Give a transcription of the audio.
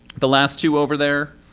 the last two over there.